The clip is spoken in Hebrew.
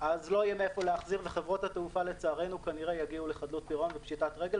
אז לא יהיה מאיפה להחזיר וחברות התעופה לצערנו יגיעו לפשיטת רגל,